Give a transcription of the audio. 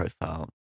profile